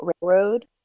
Railroad